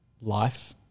life